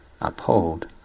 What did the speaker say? uphold